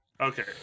Okay